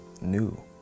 new